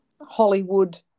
hollywood